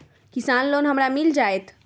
किसान लोन हमरा मिल जायत?